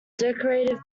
decorative